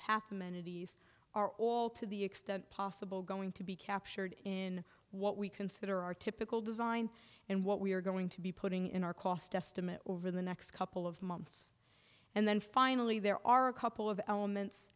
path amenities are all to the extent possible going to be captured in what we consider our typical design and what we are going to be putting in our cost estimate over the next couple of months and then finally there are a couple of elements